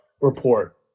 report